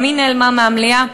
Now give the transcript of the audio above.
גם היא נעלמה מהמליאה,